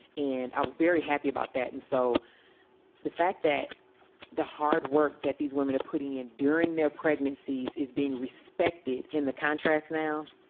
and i was very happy about that. and so the fact that the hard work that these women are putting in during their pregnancies is being respected in the contract now,